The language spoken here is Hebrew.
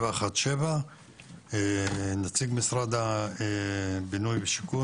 717. נציג משרד השיכון,